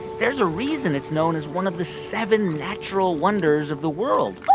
there's a reason it's known as one of the seven natural wonders of the world oh,